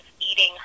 eating